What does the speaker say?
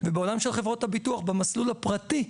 ובעולם של חברות הביטוח במסלול הפרטי,